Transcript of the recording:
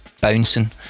bouncing